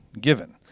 given